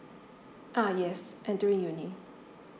ah yes and doing university